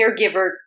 caregiver